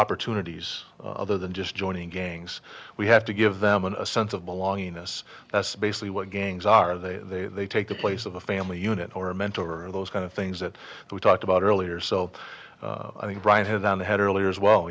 opportunities other than just joining gangs we have to give them a sense of belonging us that's basically what gangs are they take the place of a family unit or a mentor or those kind of things that we talked about earlier so i mean right head on head earlier as well